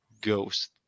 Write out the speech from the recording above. Ghost